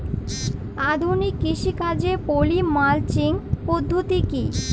আধুনিক কৃষিকাজে poly mulching পদ্ধতি কি?